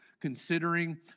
considering